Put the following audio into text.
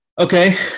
Okay